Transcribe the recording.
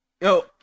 Yo